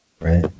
right